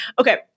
Okay